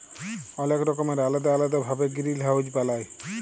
অলেক রকমের আলেদা আলেদা ভাবে গিরিলহাউজ বালায়